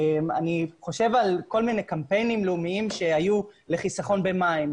אני חושב על כל מיני קמפיינים לאומיים שהיו לחיסכון במים,